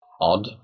Odd